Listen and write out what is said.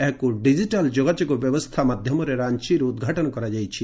ଏହାକୁ ଡିଜିଟାଲ୍ ଯୋଗାଯୋଗ ବ୍ୟବସ୍ଥା ମାଧ୍ୟମରେ ରାଞ୍ଚିରୁ ଉଦ୍ଘାଟନ କରାଯାଇଛି